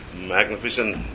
magnificent